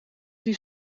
die